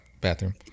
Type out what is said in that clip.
bathroom